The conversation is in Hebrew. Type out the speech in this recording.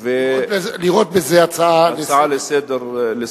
ו לראות בזה הצעה לסדר-היום.